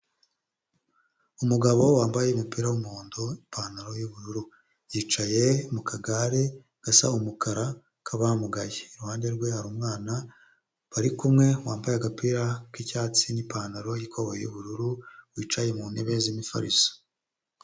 Umugabo wambaye umupira w'umuhondo ipantaro y'ubururu yicaye mu kagare gasa umukara k'abamugaye iruhande rwe hari umwana barikumwe wambaye agapira k'icyatsi n'ipantaro y'ikoboyi y'ubururu wicaye mu ntebe z'imifariso.